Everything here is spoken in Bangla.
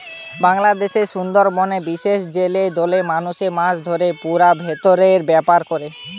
বাংলাদেশের সুন্দরবনের বিশেষ জেলে দলের মানুষ মাছ ধরতে পুষা ভোঁদড়ের ব্যাভার করে